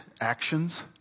actions